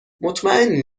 مطمئنی